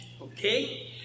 Okay